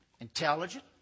intelligent